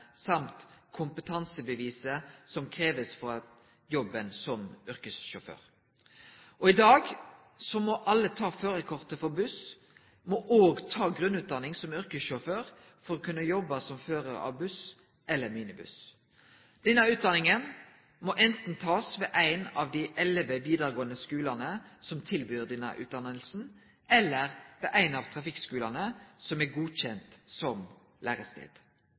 kompetansebeviset som krevst for jobben som yrkessjåfør. I dag må alle som skal ta førarkort for buss, òg ta grunnutdanning som yrkessjåfør – altså for å kunne jobbe som førar av buss eller minibuss. Denne utdanninga må anten takast ved ein av dei vidaregåande skulene som tilbyr denne utdanninga, eller på ein av trafikkskulane som er godkjende som lærestad.